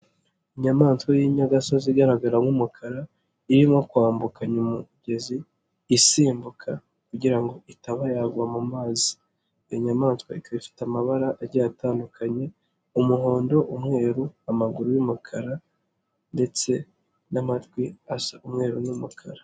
Inyamaswa y'inyagasozi igaragara nk'umukara, irimo kwambukanya umugezi isimbuka kugira ngo itaba yagwa mu mazi, iyo nyamaswa ika ifite amabara atandukanye umuhondo, umweru, amaguru y'umukara ndetse n'amatwi asa umweru n'umukara.